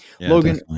Logan